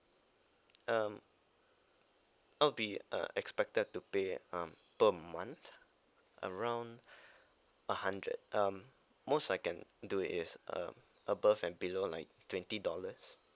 um I'll be uh expected to pay um per month around a hundred um most I can do is um above and below like twenty dollars